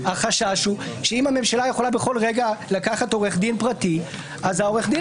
החשש הוא שאם בכל רגע הממשלה יכולה לקחת עורך דין פרטי העורך הדין